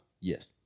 Yes